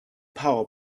power